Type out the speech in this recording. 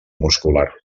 muscular